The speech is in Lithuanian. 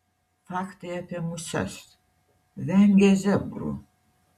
faktai apie muses vengia zebrų